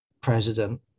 president